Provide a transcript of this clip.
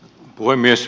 puhemies